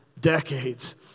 decades